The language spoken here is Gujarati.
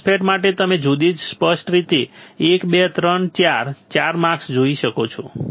MOSFET માટે તમે ખૂબ જ સ્પષ્ટ રીતે 1 2 3 4 4 માસ્ક જોઈ શકો છો